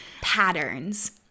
Patterns